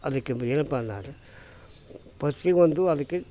ಅದಕ್ಕೆ ಏನಪ್ಪಂತಂದ್ರೆ ಫಸ್ಲಿಗ್ ಒಂದು ಅದಕ್ಕೆ